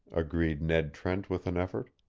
agreed ned trent with an effort,